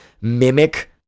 mimic